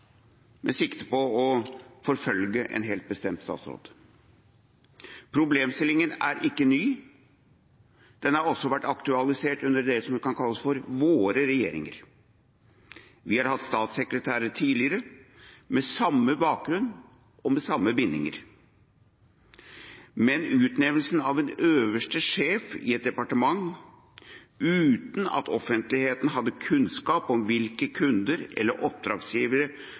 med sikte på å forfølge en bestemt statsråd. Problemstillinga er ikke ny, den har også vært aktualisert under det som kan kalles for «våre» regjeringer. Vi har hatt statssekretærer tidligere med samme bakgrunn og med samme bindinger, men utnevnelsen av en øverste sjef i et departement uten at offentligheten hadde kunnskap om hvilke kunder, eller oppdragsgivere,